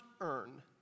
earn